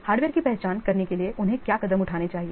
hardware की पहचान करने के लिए उन्हें क्या कदम उठाने चाहिए